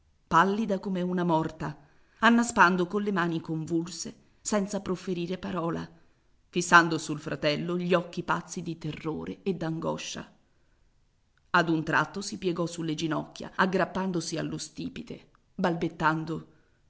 pallida come una morta annaspando colle mani convulse senza profferire parola fissando sul fratello gli occhi pazzi di terrore e d'angoscia ad un tratto si piegò sulle ginocchia aggrappandosi allo stipite balbettando